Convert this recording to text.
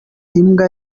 imbwa